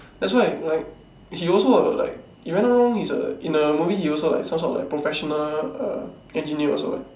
that's why like he also err like if I not wrong he's a in the movie he also like some sort of like professional err engineer also what